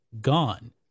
gone